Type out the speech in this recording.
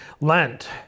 Lent